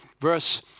Verse